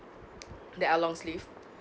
that are long sleeves